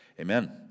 Amen